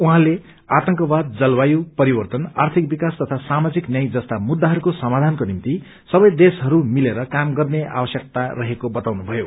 उहाँले आतंकवाद जलवायु परिवर्तन आर्थिक विकास तथा सामाजिक न्याय जस्ता मुछाहरूको समाधानको निम्ति सबै देशहरू मिलेर काम गत्रे आवश्यकता रहको बताउनु भयो